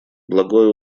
благое